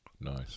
nice